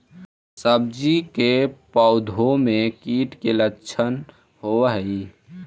सब्जी के पौधो मे कीट के लच्छन होबहय?